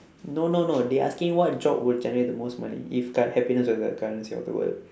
no no no they asking what job would generate the most money if like happiness were the currency of the world